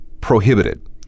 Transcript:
prohibited